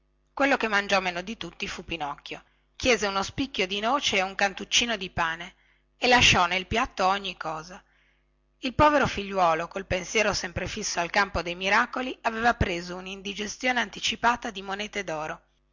quello che mangiò meno di tutti fu pinocchio chiese uno spicchio di noce e un cantuccino di pane e lasciò nel piatto ogni cosa il povero figliuolo col pensiero sempre fisso al campo dei miracoli aveva preso unindigestione anticipata di monete doro